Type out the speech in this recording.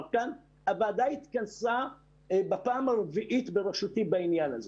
כאן הוועדה התכנסה בראשותי בפעם הרביעית בעניין הזה.